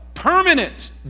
permanent